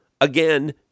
again